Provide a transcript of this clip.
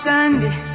Sunday